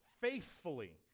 faithfully